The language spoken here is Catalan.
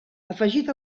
afegit